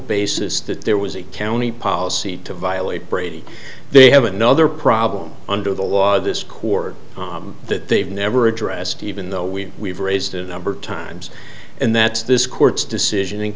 basis that there was a county policy to violate brady they have another problem under the law of this court that they've never addressed even though we've we've raised a number of times and that's this court's decision in